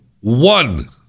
one